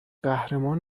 قهرمان